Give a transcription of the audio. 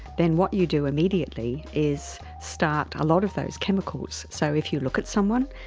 then what you do immediately is start a lot of those chemicals. so if you look at someone,